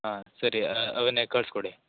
ಹಾಂ ಸರಿ ಅದನ್ನೆ ಕಳಿಸ್ಕೊಡಿ